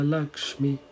Lakshmi